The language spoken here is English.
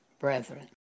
brethren